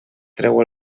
treu